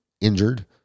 injured